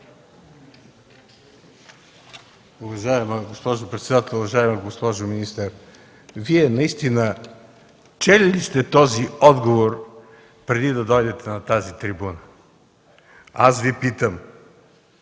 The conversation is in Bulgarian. Уважаема госпожо председател, уважаема госпожо министър! Вие наистина чели ли сте този отговор преди да дойдете на тази трибуна? Аз Ви питам: